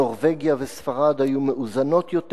נורבגיה וספרד היו מאוזנות יותר.